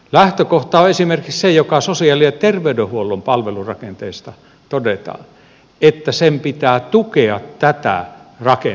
lähtökohta on esimerkiksi se mikä sosiaali ja terveydenhuollon palvelurakenteesta todetaan että sen pitää tukea tätä rakennemuutosta